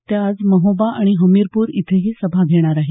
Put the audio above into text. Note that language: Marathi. त्या आज महोबा आणि हमीरपूर इथेही सभा घेणार आहेत